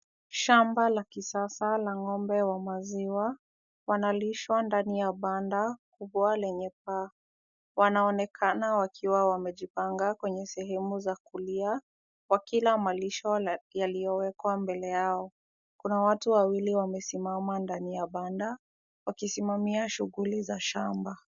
Shamba la kisasa la ngombe wa maziwa . Wanalishwa ndani ya banda kubwa lenye paa. Wanaonekana wakiwa wamejipanga kwenye sehemu za kulia wakila malisho yaliyowekwa mbele yao. Kuna watu wawili wamesimama ndani ya banda wakisimamia shughuli za shamba.